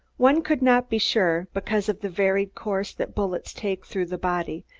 one could not be sure, because of the varied course that bullets take through the body,